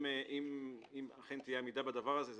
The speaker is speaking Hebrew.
אם אכן תהיה עמידה בדבר הזה,